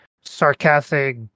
sarcastic